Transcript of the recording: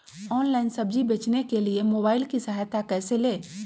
Online सब्जी बेचने के लिए मोबाईल की सहायता कैसे ले?